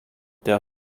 der